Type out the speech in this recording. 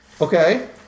Okay